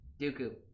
dooku